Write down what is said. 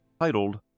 titled